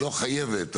לא חייבת,